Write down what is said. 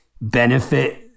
benefit